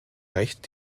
recht